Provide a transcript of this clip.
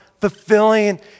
fulfilling